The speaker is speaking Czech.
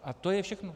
A to je všechno.